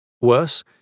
Worse